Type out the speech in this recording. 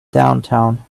downtown